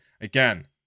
Again